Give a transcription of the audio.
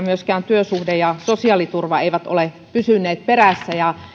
myöskään työsuhde ja sosiaaliturva ole pysyneet perässä ja